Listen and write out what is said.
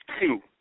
two